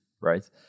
right